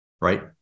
right